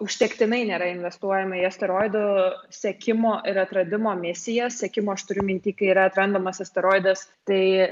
užtektinai nėra investuojama į asteroidų sekimo ir atradimo misiją sekimo aš turiu minty kai yra atrandamas asteroidas tai